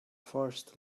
forced